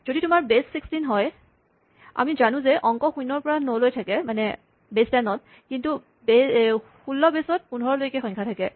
যদি তোমাৰ বেচ ১৬ হয় আমি জানো যে অংক শূণ্যৰ পৰা ন লৈ থাকে কিন্তু ১৬ বেচত ১৫ লৈকে সংখ্যা থাকে